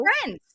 friends